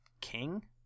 king